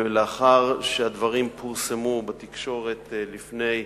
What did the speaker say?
לאחר שהדברים פורסמו בתקשורת לפני כחודש,